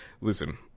Listen